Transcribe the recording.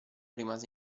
rimase